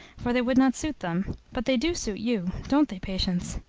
for they would not suit them but they do suit you don't they, patience?